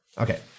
Okay